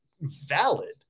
valid